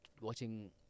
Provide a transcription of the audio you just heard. watching